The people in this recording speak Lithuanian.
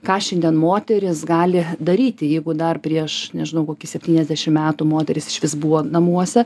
ką šiandien moteris gali daryti jeigu dar prieš nežinau kokį septyniasdešim metų moteris išvis buvo namuose